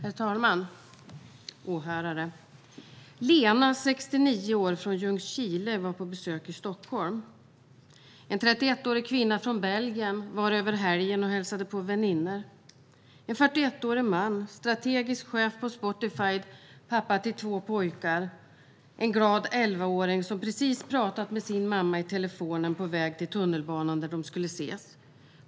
Herr talman och åhörare! Lena, 69 år, från Ljungskile var på besök i Stockholm. En 31-årig kvinna från Belgien var här över helgen och hälsade på väninnor. En 41-årig man, strategisk chef på Spotify och pappa till två pojkar, var där. En glad 11-åring som precis hade talat med sin mamma i mobilen för att de skulle mötas vid tunnelbanan var också där.